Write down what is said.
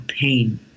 pain